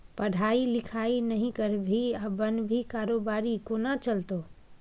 पढ़ाई लिखाई नहि करभी आ बनभी कारोबारी कोना चलतौ